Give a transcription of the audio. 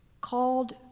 called